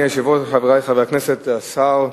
אדוני היושב-ראש, חברי חברי הכנסת, השר,